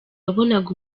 wabonaga